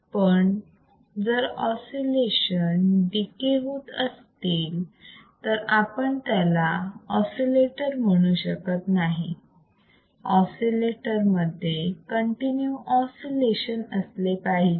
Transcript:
पण जर oscillation decay होत असतील तर आपण त्याला ऑसिलेटर म्हणू शकत नाही ऑसिलेटर मध्ये कंटिन्यू ऑसिलेशन असले पाहिजेत